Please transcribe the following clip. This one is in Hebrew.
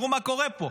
תראו מה קורה פה,